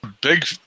big